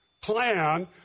plan